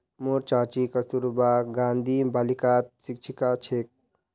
मोर चाची कस्तूरबा गांधी बालिकात शिक्षिका छेक